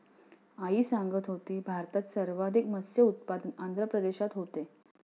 आई सांगत होती, भारतात सर्वाधिक मत्स्य उत्पादन आंध्र प्रदेशात होते